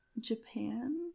Japan